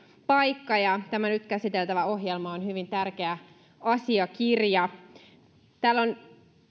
paikka ja tämä nyt käsiteltävä ohjelma on hyvin tärkeä asiakirja täällä on